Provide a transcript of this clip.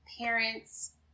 parents